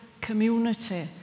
community